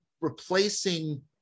replacing